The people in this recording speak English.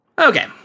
Okay